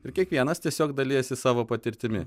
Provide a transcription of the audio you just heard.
ir kiekvienas tiesiog dalijasi savo patirtimi